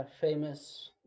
famous